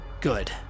good